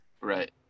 Right